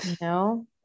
No